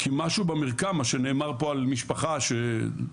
כי משהו במרקם של מה שנאמר פה של משפחה שאורח